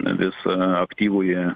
visą aktyvųjį